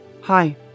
Hi